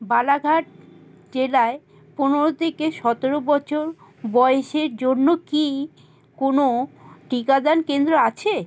বালাঘাট জেলায় পনেরো থেকে সতেরো বছর বয়েসের জন্য কি কোনো টিকাদান কেন্দ্র আছে